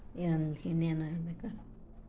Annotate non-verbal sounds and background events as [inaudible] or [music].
[unintelligible] ಇನ್ನೇನು ಹೇಳಬೇಕಾ